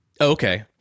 okay